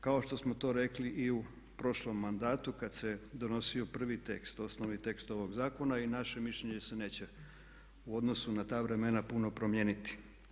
Kao što smo to rekli i u prošlom mandatu kad se donosio prvi tekst, osnove i tekst ovog zakona i naše mišljenje se neće u odnosu na ta vremena puno promijeniti.